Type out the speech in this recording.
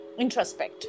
introspect